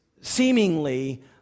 seemingly